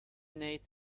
nate